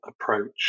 approach